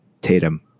Tatum